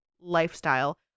lifestyle